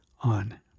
on